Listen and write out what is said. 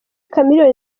chameleone